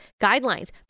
Guidelines